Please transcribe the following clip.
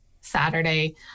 Saturday